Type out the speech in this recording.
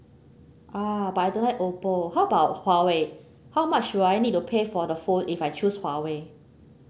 ah but I don't like oppo how about huawei how much would I need to pay for the phone if I choose huawei